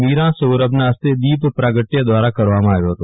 મીરા સૌરભના ફસ્તે દીપ પ્રાગટ્ય દ્રારા કરવામાં આવ્યો હતો